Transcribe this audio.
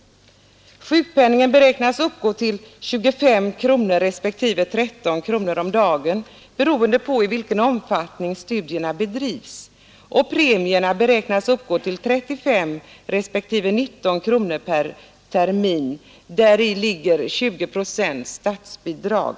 Sjukpenningen beräknas uppgå till 25 kronor respektive 13 kronor om dagen beroende på i vilken omfattning studierna bedrivs, och premierna beräknas uppgå till 35 respektive 19 kronor per termin; däri ligger 20 procent statsbidrag.